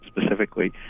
specifically